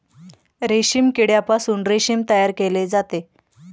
रेशीम किड्यापासून रेशीम तयार केले जाते